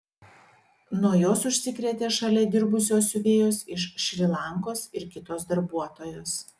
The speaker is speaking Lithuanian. nuo jos užsikrėtė šalia dirbusios siuvėjos iš šri lankos ir kitos darbuotojos